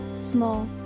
small